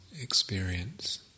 experience